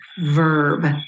verb